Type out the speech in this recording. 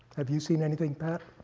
have you seen anything, pat?